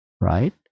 right